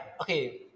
okay